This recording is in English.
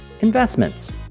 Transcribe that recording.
investments